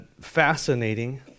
fascinating